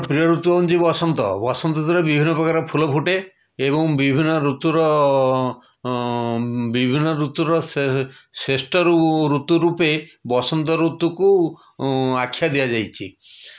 ପ୍ରିୟ ଋତୁ ହେଉଛି ବସନ୍ତ ବସନ୍ତ ଋତୁରେ ବିଭିନ୍ନପ୍ରକାର ଫୁଲଫୁଟେ ଏବଂ ବିଭିନ୍ନ ଋତୁର ବିଭିନ୍ନ ଋତୁର ସେ ଶ୍ରେଷ୍ଠ ଋତୁ ରୂପେ ବସନ୍ତ ଋତୁକୁ ଆଖ୍ୟା ଦିଆଯାଇଛି